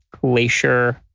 Glacier